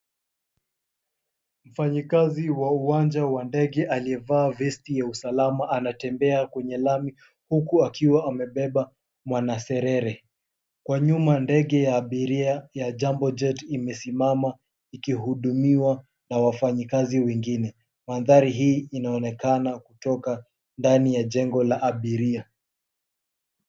Mfanyikazi wa uwanja wa ndege aliyevaa vesti ya usalama anatembmea kwenye lami huku akiwa amebeba mwanaserere. Kwa nyuma ndege ya abiria ya "Jambo Jet" imesimama ikihudumiwa na wafanyikazi wengine. Mandhari hii inaonekana kutoka ndani ya jengo la abiria.